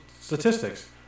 statistics